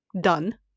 done